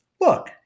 look